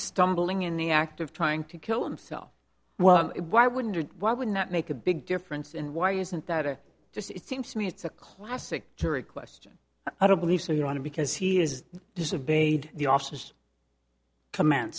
stumbling in the act of trying to kill himself well why wouldn't why would not make a big difference and why isn't that a just it seems to me it's a classic jury question i don't believe so you want to because he is this of bade the officers command